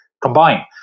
combine